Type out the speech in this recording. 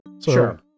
Sure